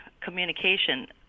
communication